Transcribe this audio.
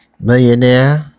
millionaire